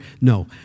no